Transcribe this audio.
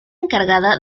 encargada